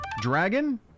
Dragon